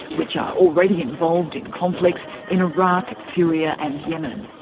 which are already involved in conflicts in iraq, syria and yemen.